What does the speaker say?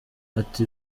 ati